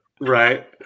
Right